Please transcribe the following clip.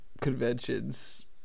conventions